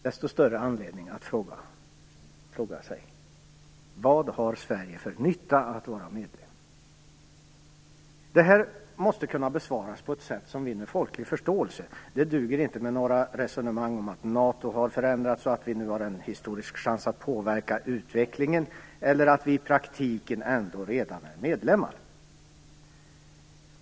Desto större anledning då att fråga sig: Vad har Sverige för nytta av att vara medlem? Den frågan måste kunna besvaras på ett sätt som vinner folklig förståelse. Det duger inte med några resonemang om att NATO har förändrats och att vi nu har en historisk chans att påverka utvecklingen eller att vi i praktiken ändå redan är medlemmar.